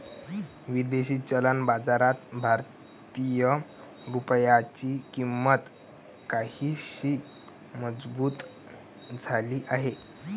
विदेशी चलन बाजारात भारतीय रुपयाची किंमत काहीशी मजबूत झाली आहे